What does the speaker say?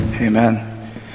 Amen